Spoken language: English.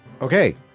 Okay